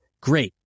great